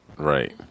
Right